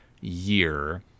year